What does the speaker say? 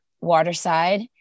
waterside